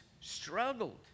struggled